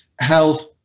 health